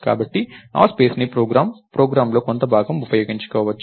కాబట్టి ఆ స్పేస్ ని ప్రోగ్రామ్ ప్రోగ్రామ్లోని కొంత భాగం ఉపయోగించుకోవచ్చు